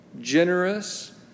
generous